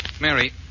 Mary